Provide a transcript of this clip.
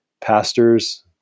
pastors